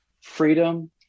freedom